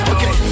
Okay